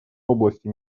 области